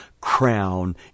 crown